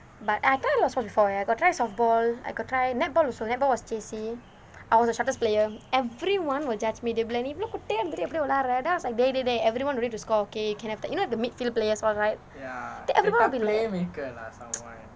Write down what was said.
but I thought it was four to four I got try softball I could try netball also netball was J_C I was the shortest player everyone will judge me they will be like நீ இவ்வளவு குட்டையா இருந்துட்டு எப்படி விளையாடுற:ni ivvalvu kutaiyaa irunthuttu eppadi vilayaadura then I was like dey dey dey everyone will need to score okay can have the you know the midfield players all right then everyone will be like